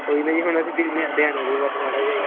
ਕੋਈ ਨਾ ਜੀ ਹੁਣ ਅਸੀਂ ਦਿੰਦੇ ਹਾਂ ਧਿਆਨ ਇਹਦੇ ਵੱਲ ਮਾੜਾ ਜਿਹਾ ਜੀ